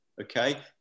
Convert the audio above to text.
okay